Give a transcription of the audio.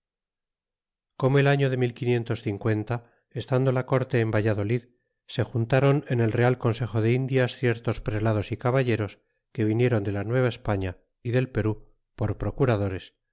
como el año de quinientos estando la corte en valladolid sejantiras en el real consejo de indias ciertos prelados y caballeros que vinieron de la nueva españa y del perti por procuradores